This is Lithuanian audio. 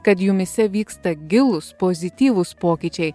kad jumyse vyksta gilūs pozityvūs pokyčiai